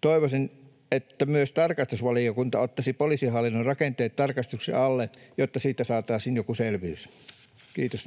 Toivoisin, että myös tarkastusvaliokunta ottaisi poliisihallinnon rakenteen tarkastuksen alle, jotta siitä saataisiin joku selvyys. — Kiitos.